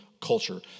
culture